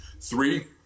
Three